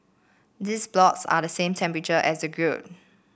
these blocks are the same temperature as the grill